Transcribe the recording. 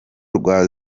rwa